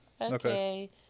okay